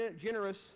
generous